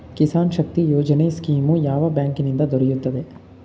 ಕಿಸಾನ್ ಶಕ್ತಿ ಯೋಜನೆ ಸ್ಕೀಮು ಯಾವ ಬ್ಯಾಂಕಿನಿಂದ ದೊರೆಯುತ್ತದೆ?